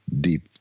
Deep